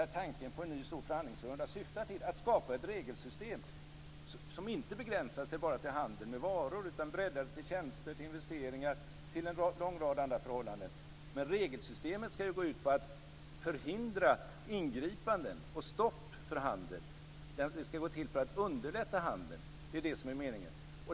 Hela tanken på en ny stor förhandlingsrunda syftar till att skapa ett regelsystem som inte begränsar sig bara till handel med varor utan som är breddat till tjänster, investeringar och en lång rad andra förhållanden. Men regelsystemet ska gå ut på att förhindra ingripanden och stopp för handel. Meningen är att det ska underlätta handel.